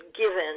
given